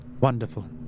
Wonderful